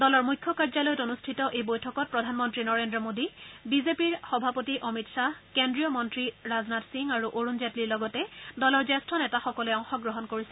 দলৰ মুখ্য কাৰ্যালয়ত অনুষ্ঠিত এই বৈঠকত প্ৰধানমন্ত্ৰী নৰেন্দ্ৰ মোদী বিজেপিৰ সভাপতি অমিত খাহ কেন্দ্ৰীয় মন্ত্ৰী ৰাজনাথ সিং আৰু অৰুন জেটলীৰ লগতে দলৰ জ্যেষ্ঠ নেতাসকলে অংশ গ্ৰহণ কৰিছে